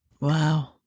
Wow